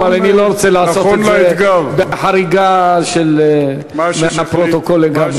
אבל אני לא רוצה לעשות את זה בחריגה מהפרוטוקול לגמרי.